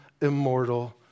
immortal